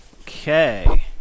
okay